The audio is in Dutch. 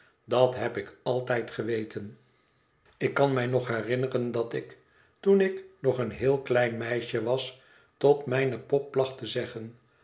dat heb ik altijd geweten ik kan mij nog herinneren dat ik toen ik nog een heel klein meisje was tot mijne pop placht te zeggen